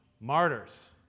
martyrs